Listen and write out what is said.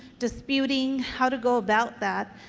disputing, how to go about that.